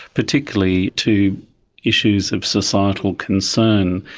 particularly to issues of societal concern,